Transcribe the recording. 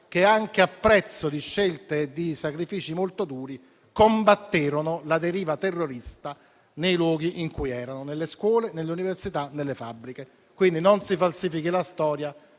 che, anche a prezzo di scelte e sacrifici molto duri, combatterono la deriva terrorista nei luoghi in cui erano: nelle scuole, nelle università, nelle fabbriche. Non si falsifichi la storia,